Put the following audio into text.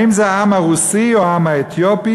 האם זה העם הרוסי או העם האתיופי,